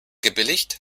gebilligt